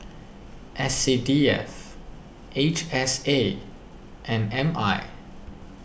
S C D F H S A and M I